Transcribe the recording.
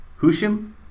Hushim